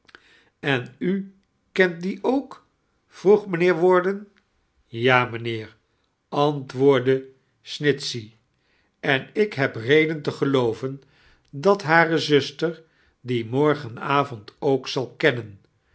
en u kenit die ook vroeg mijnheer warden ta mijnheer anitwoordde snitkerstvertellingen chey en ik heb reden te gelooven dat hare zuster die morgen avond ook zal kemnen